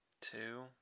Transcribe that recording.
Two